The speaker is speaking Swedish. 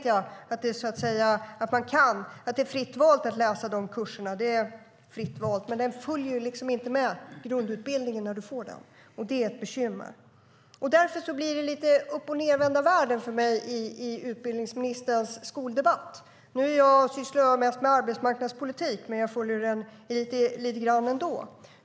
Jag vet att det är fritt att välja de kurserna, men de följer inte med i grundutbildningen, och det är ett bekymmer. Därför blir utbildningsministerns skoldebatt lite uppochnedvända världen för mig. Jag sysslar mest med arbetsmarknadspolitik, men jag följer skoldebatten lite grann ändå.